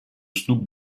snoop